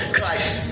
Christ